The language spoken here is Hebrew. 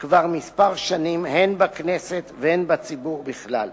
כבר שנים מספר הן בכנסת והן בציבור בכלל.